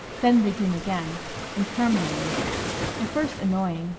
then begin again interminably at first annoying,